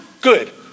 Good